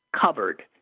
covered